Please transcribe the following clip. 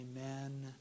amen